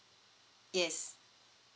yes